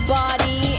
body